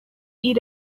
eat